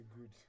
good